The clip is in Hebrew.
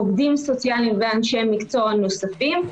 עובדים סוציאליים ואנשי מקצוע נוספים,